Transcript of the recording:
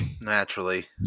naturally